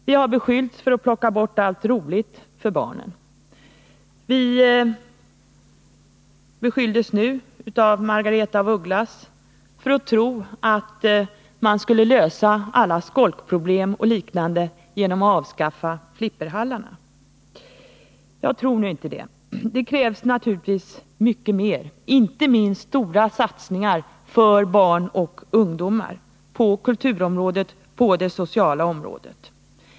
Vi har beskyllts för att plocka bort allt roligt för barnen. Nyss beskyllde Margaretha af Ugglas oss också för att tro att alla skolkproblem och liknande skulle lösas genom att flipperhallarna avskaffades. Jag tror nu inte det. Det krävs naturligtvis mycket mer, inte minst stora satsningar för barn och ungdomar på kulturområdet och på det sociala området.